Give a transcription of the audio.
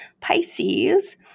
Pisces